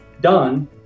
done